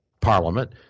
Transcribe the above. Parliament